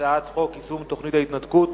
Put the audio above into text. הצעת חוק יישום תוכנית ההתנתקות